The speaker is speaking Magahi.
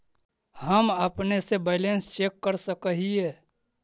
हम अपने से बैलेंस चेक कर सक हिए?